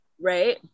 Right